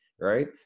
right